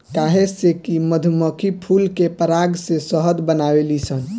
काहे से कि मधुमक्खी फूल के पराग से शहद बनावेली सन